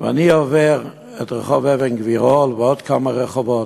אני עובר את רחוב אבן-גבירול ועוד כמה רחובות,